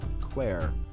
Claire